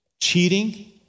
cheating